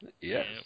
Yes